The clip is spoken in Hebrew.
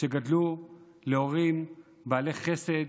שגדלו להורים בעלי חסד,